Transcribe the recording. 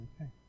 Okay